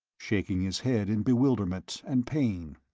shaking his head in bewilderment and pain.